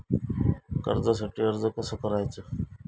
कर्जासाठी अर्ज कसो करायचो?